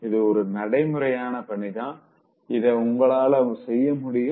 இது ஒரு நடைமுறையான பணிதா இத உங்களால செய்ய முடியும்